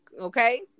Okay